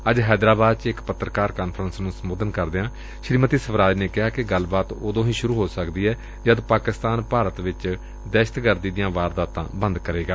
ਅੱਜ ਹੈਦਰਾਬਾਦ ਚ ਇਕ ਪੱਤਰਕਾਰ ਕਾਨਫਰੰਸ ਨੂੰ ਸੰਬੋਧਨ ਕਰਦਿਆਂ ਸ੍ਰੀਮਤੀ ਸਵਰਾਜ ਨੇ ਕਿਹਾ ਕਿ ਗੱਲਬਾਤ ਉਦੋਂ ਹੀ ਸੂਰੁ ਹੋ ਸਕਦੀ ਏ ਜਦ ਪਾਕਿਸਤਾਨ ਭਾਰਤ ਵਿਚ ਦਹਿਸ਼ਤਗਰਦੀ ਦੀਆਂ ਵਾਰਦਾਤਾਂ ਬੰਦ ਕਰੇਗਾ